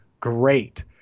Great